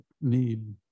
need